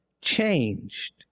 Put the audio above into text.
changed